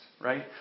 right